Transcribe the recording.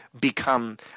become